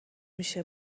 میشه